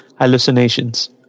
hallucinations